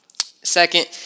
Second